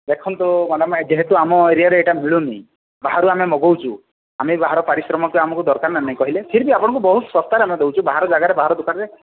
ଦେଖନ୍ତୁ ମ୍ୟାଡ଼ାମ ଯେହେତୁ ଆମ ଏରିଆରେ ଏଟା ମିଳୁନି ବାହାରୁ ଆମେ ମଗାଉଛୁ ଆମେ ବାହାର ପାରିଶ୍ରମିକ ପାଇଁ ଆମକୁ ଦରକାର ନା ନାହିଁ କହିଲେ ଫିର ବି ଆପଣଙ୍କୁ ବହୁତ ଶସ୍ତାରେ ଆମେ ଦେଉଛୁ ବାହର ଜାଗାରେ ବାହାର ଦୋକାନରେ